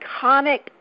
iconic